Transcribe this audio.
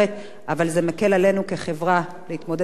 אבל זה מקל עלינו כחברה להתמודד עם התופעה.